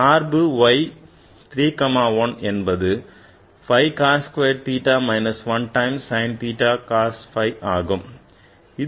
சார்பு Y 3 1 என்பது 5 cos squared theta minus 1 times sin theta times cos phi ஆகும்